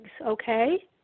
okay